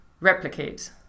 replicate